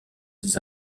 des